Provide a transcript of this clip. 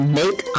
make